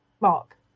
Mark